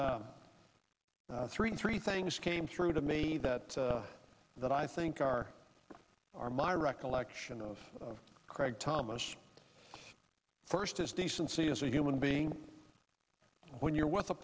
three three things came through to me that that i think our our my recollection of craig thomas first his decency as a human being when you're with a